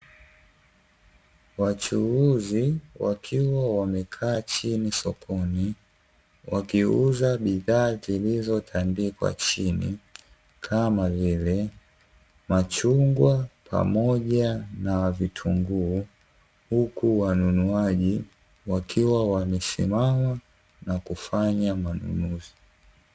Wachuuzi wakiwa wamekaa chini sokoni wakiuza bidhaa zilizotandikwa chini, kama vile machungwa pamoja na vitunguu. Huku wanunuaji wakiwa wamesimama na kufanya manunuzi.